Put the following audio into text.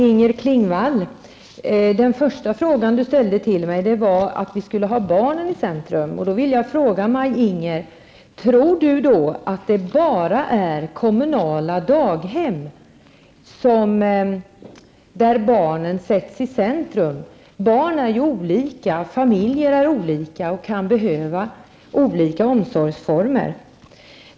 Herr talman! Den första fråga som Maj-Inger Klingvall ställde till mig gällde att vi skall ha barnen i centrum. Jag vill därför ställa följande fråga: Tror Maj-Inger Klingvall att det är bara på kommunala daghem som barnen sätts i centrum? Barn är olika, och familjer är olika, och kan behöva olika omsorgsformer.